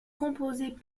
composées